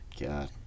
God